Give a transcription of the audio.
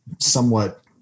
somewhat